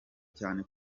cyane